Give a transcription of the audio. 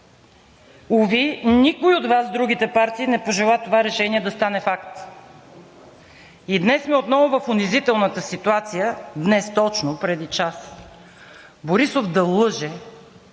Уви, никой от Вас – другите партии, не пожела това решение да стане факт. И днес сме отново в унизителната ситуация, днес – точно преди час, Борисов да лъже,